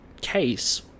case